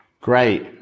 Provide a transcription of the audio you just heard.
Great